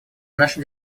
наша